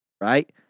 right